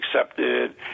accepted